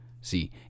see